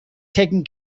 taken